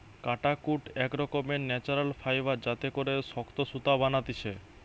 কাটাকুট এক রকমের ন্যাচারাল ফাইবার যাতে করে শক্ত সুতা বানাতিছে